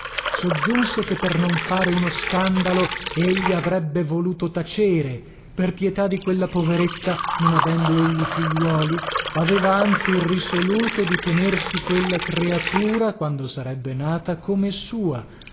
soggiunse che per non fare uno scandalo egli avrebbe voluto tacere per pietà di quella poveretta non avendo egli figliuoli aveva anzi risoluto di tenersi quella creatura quando sarebbe nata come sua